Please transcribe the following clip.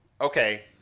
Okay